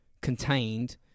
contained